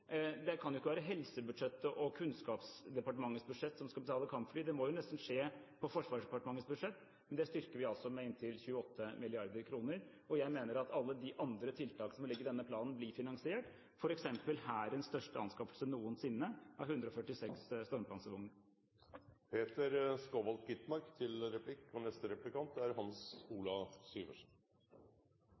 Det kan jo ikke være helsebudsjettet og Kunnskapsdepartementets budsjett som skal betale kampfly. Det må nesten skje på Forsvarsdepartementets budsjett, og det styrker vi altså med inntil 28 mrd. kr. Jeg mener at alle de andre tiltakene som ligger i denne planen, blir finansiert, f.eks. Hærens største anskaffelse noensinne av 146 stormpanservogner. Statsråden sa at alle relevante spørsmål er både stilt og besvart. Jeg vil si at det er